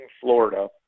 florida